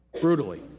Brutally